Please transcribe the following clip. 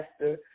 master